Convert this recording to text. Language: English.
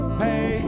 hey